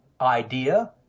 idea